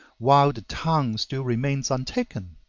while the town still remains untaken.